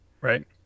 Right